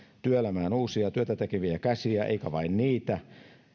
työelämään uusia työtätekeviä käsiä eikä vain niitä